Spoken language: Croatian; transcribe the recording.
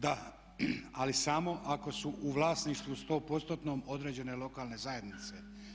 Da, ali samo ako su u vlasništvu 100%-nom određene lokalne zajednice.